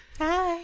Hi